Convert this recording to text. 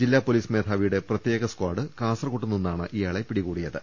ജില്ലാ പൊലീസ് മേധാവി യുടെ പ്രത്യേക സ്കാഡ് കാസർകോട്ടു നിന്നാണ് ഇയാളെ പിടികൂ ടിയത്